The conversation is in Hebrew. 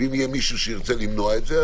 ואם יהיה מישהו שירצה למנוע את זה,